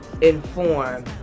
inform